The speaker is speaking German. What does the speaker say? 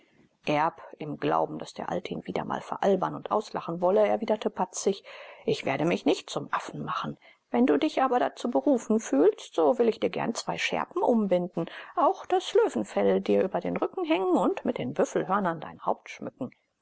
erb im glauben daß der alte ihn wieder mal veralbern und auslachen wolle erwiderte patzig ich werde mich nicht zum affen machen wenn du dich aber dazu berufen fühlst so will ich dir gern zwei schärpen umbinden auch das löwenfell dir über den rücken hängen und mit den büffelhörnern dein haupt schmücken